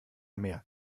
mehr